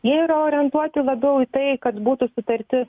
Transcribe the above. jie yra orientuoti labiau į tai kad būtų sutartis